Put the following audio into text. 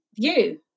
view